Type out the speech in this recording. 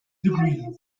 degree